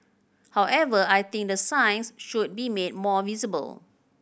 however I think the signs should be made more visible